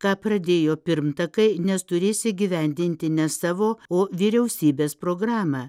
ką pradėjo pirmtakai nes turės įgyvendinti ne savo o vyriausybės programą